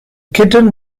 kitten